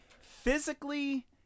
physically